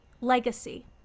legacy